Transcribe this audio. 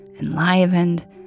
enlivened